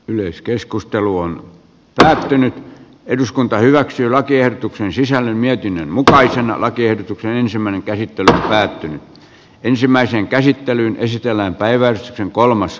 yleiskeskustelu on pysähtynyt eduskunta hyväksyi lakiehdotuksen sisällön mietinnön mukaisena lakiehdotuksen ensimmäinen käsittely päättynyt ensimmäisen käsittelyn esitellään välittömänä vaalina